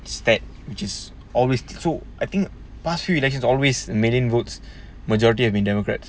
it's like which is always so I think past few elections always million votes majority will be democrats